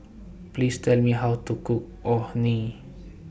Please Tell Me How to Cook Orh Nee